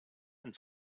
and